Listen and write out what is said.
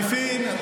ולחלופין,